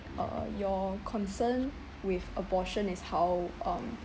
uh your concern with abortion is how um